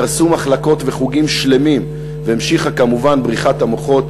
קרסו מחלקות וחוגים שלמים והמשיכה כמובן בריחת המוחות